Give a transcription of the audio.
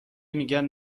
میگن